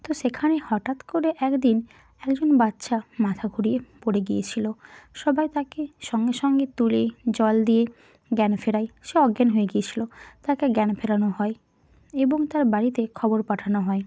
তো সেখানেই হঠাৎ করে এক দিন একজন বাচ্চা মাথা ঘুরিয়ে পড়ে গিয়েছিল সবাই তাকে সঙ্গে সঙ্গে তুলে জল দিয়ে জ্ঞান ফেরায় সে অজ্ঞান হয়ে গিয়েছিল তাকে জ্ঞান ফেরানো হয় এবং তার বাড়িতে খবর পাঠানো হয়